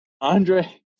Andre